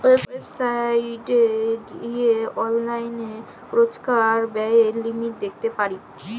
ওয়েবসাইটে যাঁয়ে অললাইল রজকার ব্যয়ের লিমিট দ্যাখতে পারি